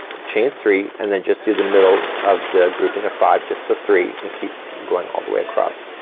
chain three, and then just do the middle of the grouping of five, just the three, and keep going all the way across.